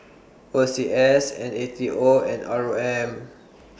O C S N A T O and R O M